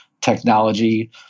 technology